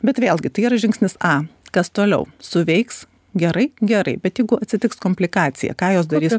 bet vėlgi tai yra žingsnis a kas toliau suveiks gerai gerai bet jeigu atsitiks komplikacija ką jos darys